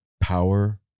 power